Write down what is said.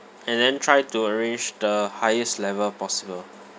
and then try to arrange the highest level possible